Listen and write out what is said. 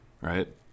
right